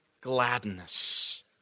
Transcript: gladness